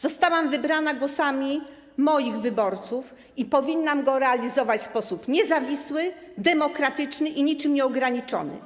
Zostałam wybrana głosami moich wyborców i powinnam mój mandat realizować w sposób niezawisły, demokratyczny i niczym nieograniczony.